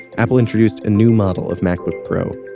apple introduced a new model of macbook pro,